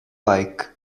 like